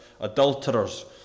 adulterers